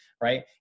Right